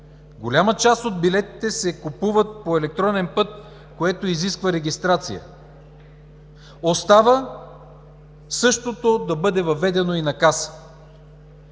голяма част от билетите се купуват по електронен път, което изисква регистрация. Остава същото да бъде въведено и на касата.